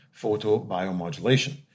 photobiomodulation